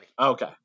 Okay